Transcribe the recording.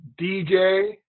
DJ